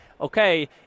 okay